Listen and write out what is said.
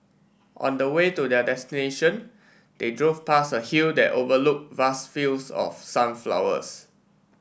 on the way to their destination they drove past a hill that overlooked vast fields of sunflowers